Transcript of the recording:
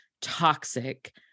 toxic